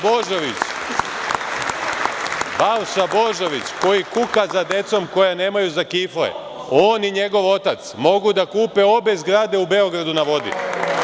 Balša Božović, koji kuka za decom koja nemaju za kifle, on i njegov otac mogu da kupe obe zgrade u „Beogradu na vodi“